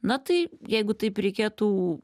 na tai jeigu taip reikėtų